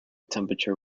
temperature